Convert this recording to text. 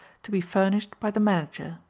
to be furnished by the manager.